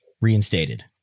reinstated